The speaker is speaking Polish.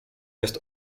jest